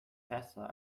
besser